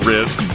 Risk